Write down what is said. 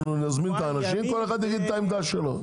נזמין את האנשים וכל אחד יגיד את העמדה שלו.